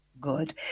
good